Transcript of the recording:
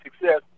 success